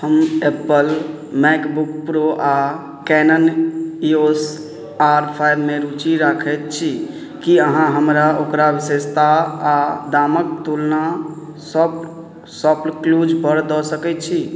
हम Apple MacBook Pro आओर Canon EOS R फाइवमे रुचि राखै छी कि अहाँ हमरा ओकर विशेषता आओर दामके तुलना शॉप शॉपक्लूजपर दऽ सकै छी